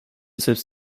selbst